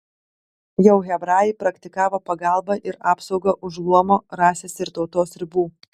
jau hebrajai praktikavo pagalbą ir apsaugą už luomo rasės ir tautos ribų